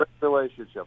relationship